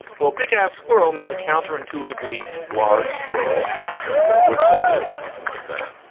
well, big ass squirrel means a counterintuitively large squirrel. i guess that's what a woodchuck is. or something like that.